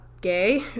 gay